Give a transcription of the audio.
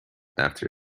after